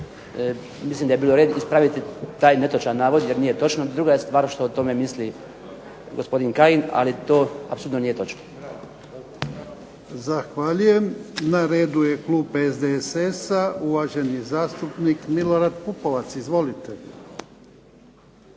mislim da je bio red ispraviti taj netočan navod jer nije točan, druga stvar što je to mišljenje gospodine Kajina, ali to apsolutno nije točno.